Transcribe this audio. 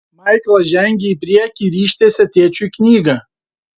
maiklas žengė į priekį ir ištiesė tėčiui knygą